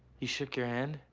he shook your hand?